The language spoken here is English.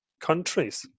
countries